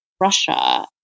Russia